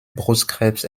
brustkrebs